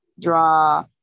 draw